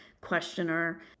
questioner